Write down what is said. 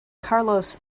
carlos